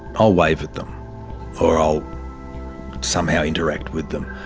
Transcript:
i'll wave at them or i'll somehow interact with them,